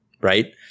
right